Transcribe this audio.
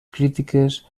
crítiques